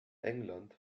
england